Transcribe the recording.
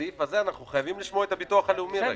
אנחנו חייבים לשמוע את הביטוח הלאומי כדי להצביע על הסעיף הזה.